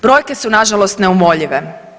Brojke su, nažalost neumoljive.